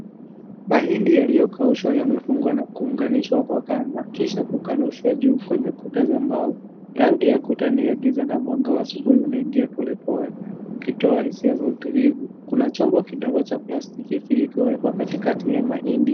Mahindi yaliyokaushwa yamefungwa na kuanginishwa kwa kamba kisha kukanushwa juu kwenye kuta za mbao. Rangi ya kuta ni ya giza na mwanga wa asubuhi unaingia polepole ukitoa hisia za utulivu. Kuna chombo kidogo cha plastiki kilichowekwa katikati ya mahindi.